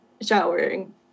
showering